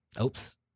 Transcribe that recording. Oops